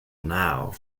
now